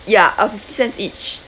ya uh fifty cents each